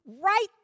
right